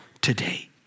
today